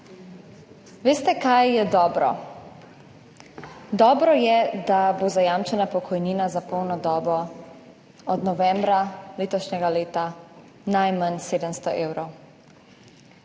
Veste, kaj je dobro? Dobro je, da bo zajamčena pokojnina za polno dobo od novembra letošnjega leta najmanj 70 evrov.